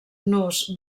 nus